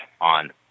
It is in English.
on